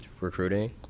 recruiting